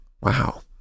wow